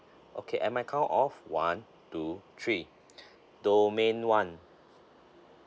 okay at my count of one two three domain one